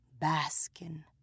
basking